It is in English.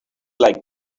like